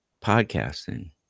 podcasting